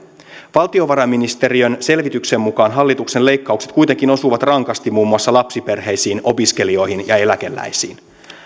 valtiovarainministeriön selvityksen mukaan hallituksen leikkaukset kuitenkin osuvat rankasti muun muassa lapsiperheisiin opiskelijoihin ja eläkeläisiin